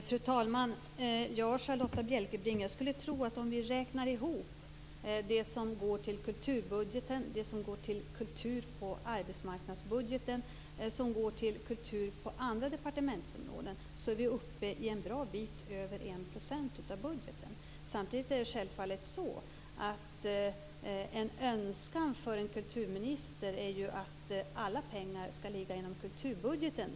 Fru talman! Charlotta Bjälkebring! Jag skulle tro att om vi räknar ihop det som går till kulturbudgeten, det som går till kultur på arbetsmarknadsbudgeten och det som går till kultur på andra departementsområden kommer vi upp en bra bit över en procent av budgeten. Samtidigt är det självfallet en önskan för en kulturminister att alla pengar skall ligga inom kulturbudgeten.